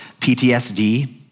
PTSD